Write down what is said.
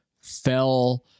fell